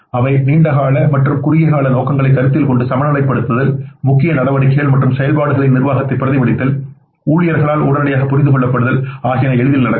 அவை நீண்ட கால மற்றும் குறுகிய கால நோக்கங்களை கருத்தில் கொண்டு சமநிலைப்படுத்துதல் முக்கிய நடவடிக்கைகள் மற்றும் செயல்பாடுகளின் நிர்வாகத்தை பிரதிபலித்தல் ஊழியர்களால் உடனடியாக புரிந்து கொள்ளப்படுதல் ஆகியன எளிதில் நடக்கும்